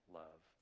love